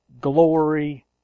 glory